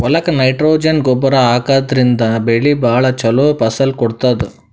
ಹೊಲಕ್ಕ್ ನೈಟ್ರೊಜನ್ ಗೊಬ್ಬರ್ ಹಾಕಿದ್ರಿನ್ದ ಬೆಳಿ ಭಾಳ್ ಛಲೋ ಫಸಲ್ ಕೊಡ್ತದ್